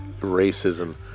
racism